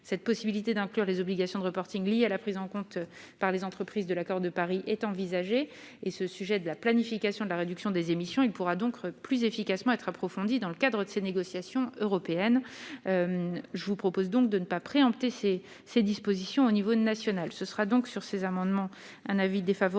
cette possibilité d'inclure les obligations de reporting liés à la prise en compte par les entreprises de l'accord de Paris est envisagée et ce sujet de la planification de la réduction des émissions, il pourra donc plus efficacement être approfondie dans le cadre de ces négociations européennes, je vous propose donc de ne pas préempter c'est ces dispositions au niveau national, ce sera donc sur ces amendements, un avis défavorable,